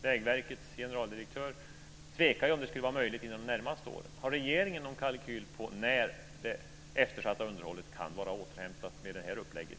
Vägverkets generaldirektör tvekade ju om det skulle vara möjligt inom de närmaste åren. Har regeringen någon kalkyl på när det eftersatta underhållet kan vara återhämtat med det här upplägget?